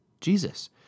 Jesus